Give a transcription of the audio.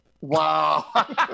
Wow